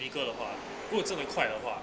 一个的话不如真的快的话